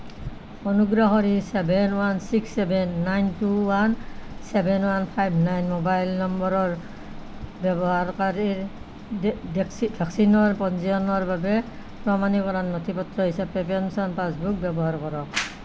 অনুগ্ৰহ কৰি seven one six seven nine two one seven one five nine mobile নম্বৰৰ ব্যৱহাৰকাৰীৰ ভেকচিনৰ পঞ্জীয়নৰ বাবে প্ৰমাণিকৰণ নথি পত্ৰ হিচাপে পেঞ্চন পাছবুক ব্যৱহাৰ কৰক